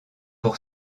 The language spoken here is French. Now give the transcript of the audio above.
pour